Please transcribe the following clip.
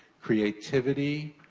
creativity,